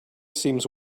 seems